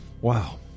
wow